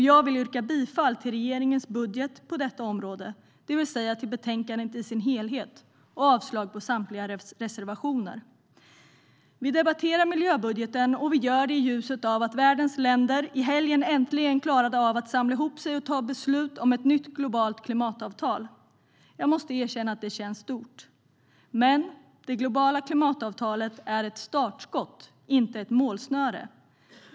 Jag vill yrka bifall till regeringens budget på detta område, det vill säga bifall till förslaget i betänkandet i dess helhet och avslag på samtliga reservationer. Vi debatterar miljöbudgeten, och vi gör det i ljuset av att världens länder i helgen äntligen klarade av att samla ihop sig och ta beslut om ett nytt globalt klimatavtal. Jag måste erkänna att det känns stort. Men det globala klimatavtalet är ett startskott och inte ett målsnöre.